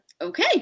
okay